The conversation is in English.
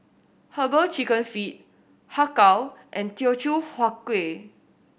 Herbal Chicken Feet Har Kow and Teochew Huat Kueh